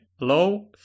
Low